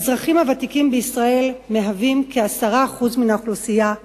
האזרחים הוותיקים בישראל מהווים כ-10% מן האוכלוסייה.